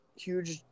huge